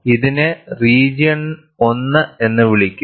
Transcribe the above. ഇതിനെ റീജിയണിനെ 1 എന്ന് വിളിക്കാം